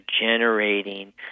generating